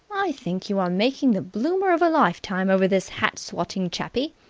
i think you are making the bloomer of a lifetime over this hat-swatting chappie.